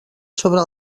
sobre